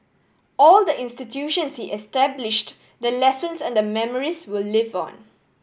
all the institutions he established the lessons and the memories will live on